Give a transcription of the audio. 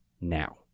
now